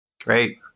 Great